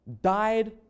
died